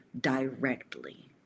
directly